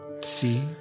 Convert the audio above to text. see